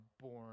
born